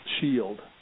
shield